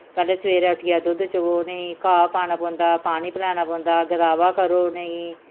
पैह्ले सवेरे उट्ठियै दुद्ध चोऽ उ'नें ई घाऽ पाने पौंदा पानी प्लाने पौंदा गदावा करो उनें गी